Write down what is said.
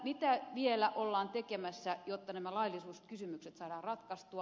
mitä vielä ollaan tekemässä jotta nämä laillisuuskysymykset saadaan ratkaistua